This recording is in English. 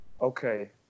Okay